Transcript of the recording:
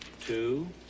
two